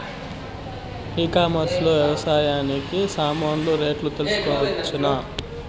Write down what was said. ఈ కామర్స్ లో వ్యవసాయానికి సామాన్లు రేట్లు తెలుసుకోవచ్చునా?